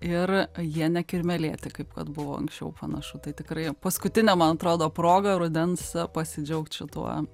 ir jie nekirmėlėti kaip kad buvo anksčiau panašu tai tikrai paskutinė man atrodo proga rudens pasidžiaugt šituo